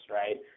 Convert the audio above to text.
right